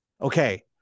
okay